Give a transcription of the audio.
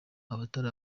abatari